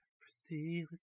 Proceed